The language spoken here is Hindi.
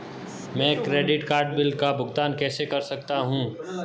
मैं क्रेडिट कार्ड बिल का भुगतान कैसे कर सकता हूं?